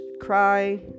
cry